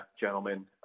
gentlemen